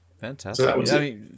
Fantastic